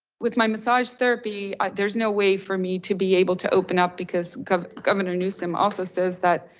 with my massage therapy, there's no way for me to be able to open up because governor newsom also says that,